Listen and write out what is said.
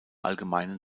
allgemeinen